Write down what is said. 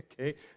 Okay